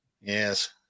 Yes